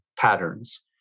patterns